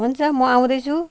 हुन्छ म आउँदैछु